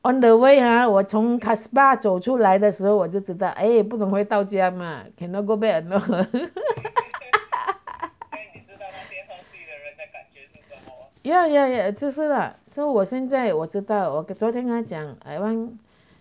on the way 啊我从 casper 走出来的时候我就知道不懂会到家 mah cannot go back or not yeah yeah yeah 就是 lah so 我现在我知道我昨天跟他讲 I want